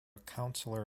councilor